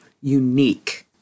unique